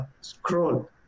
scroll